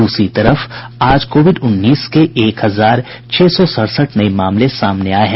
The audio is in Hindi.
द्रसरी तरफ आज कोविड उन्नीस के एक हजार छह सौ सड़सठ नये मामले सामने आये हैं